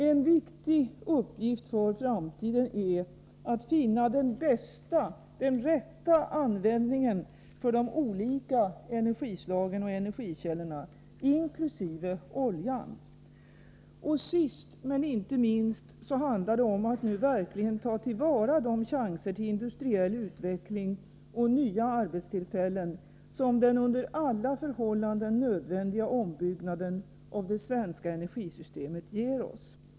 En viktig uppgift för framtiden är att finna den bästa — och den rätta — användningen för de olika energislagen och energikällorna, inkl. oljan. Sist men inte minst handlar det om att nu verkligen ta till vara de chanser till industriell utveckling och nya arbetstillfällen som den under alla förhållanden nödvändiga ombyggnaden av det svenska energisystemet ger OSS.